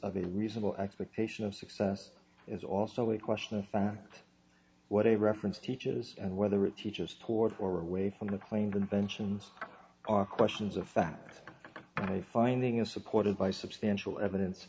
a reasonable expectation of success is also a question of fact what a reference teaches and whether it teaches toward or away from the claimed invention are questions of fact finding is supported by substantial evidence